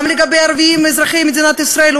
גם לגבי ערבים אזרחי מדינת ישראל?